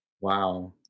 wow